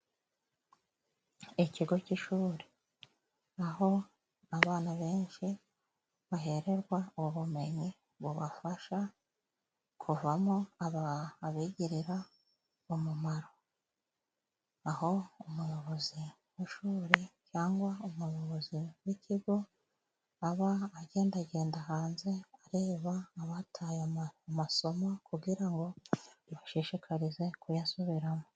Ikigo cy'ishuri aho abana benshi bahererwa ubumenyi bubafasha， kuvamo abigirira umumaro. Aho umuyobozi w'ishuri cyangwa umuyobozi w'ikigo aba agendagenda hanze， areba，abataye amasosomo，kugira ngo abashishikarize kuyasubiramo.